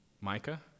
Micah